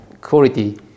quality